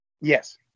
Yes